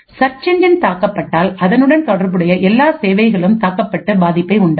search engine தாக்கப்பட்டால் அதனுடன் தொடர்புடைய எல்லா சேவைகளும் தாக்கப்பட்டு பாதிப்பை உண்டாக்கும்